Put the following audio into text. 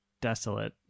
desolate